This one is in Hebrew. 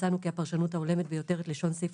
מצאנו כי הפרשנות ההולמת ביותר את לשון סעיף